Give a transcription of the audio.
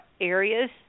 areas